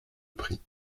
prit